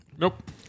Nope